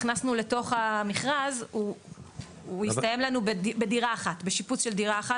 הכנסנו לתוך המכרז הוא יסתיים לנו בשיפוץ של דירה אחרת,